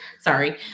sorry